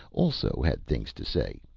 also had things to say,